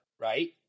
right